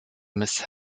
miss